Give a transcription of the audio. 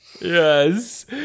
Yes